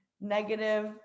negative